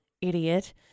Idiot